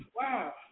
Wow